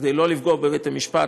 כדי לא לפגוע בבית-המשפט,